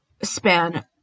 span